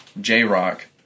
J-Rock